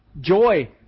Joy